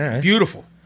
beautiful